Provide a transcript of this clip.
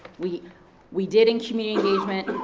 we we did and community engagement.